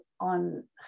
on